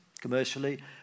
commercially